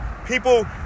People